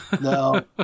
No